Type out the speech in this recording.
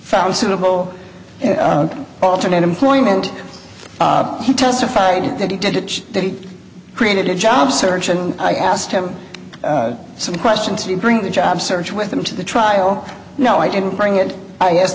found suitable alternate employment he testified that he did it created a job search and i asked him some questions to bring the job search with him to the trial no i didn't bring it i